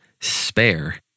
spare